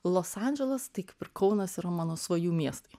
los andželas tai kaip ir kaunas yra mano svajų miestai